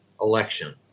election